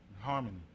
harmony